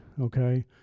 okay